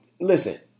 Listen